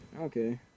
Okay